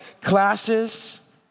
classes